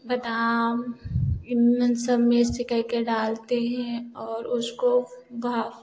बदाम इनमें सब मिक्स करके डालते हैं और उसको